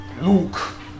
Luke